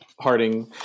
Harding –